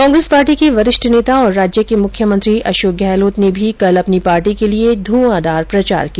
Congress party के वरिष्ठ नेता और राज्य के मुख्यमंत्री अशोक गहलोत ने भी कल अपनी पार्टी के लिये धुआंधार प्रचार किया